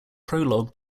prologue